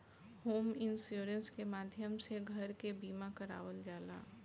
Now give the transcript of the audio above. home insurance के माध्यम से घर के बीमा करावल जाला